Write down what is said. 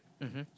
mmhmm